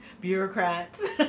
bureaucrats